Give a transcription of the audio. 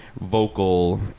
vocal